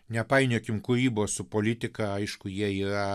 nepainiokim kūrybos su politika aišku jie yra